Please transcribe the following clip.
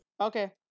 Okay